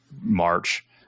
March